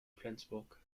flensburg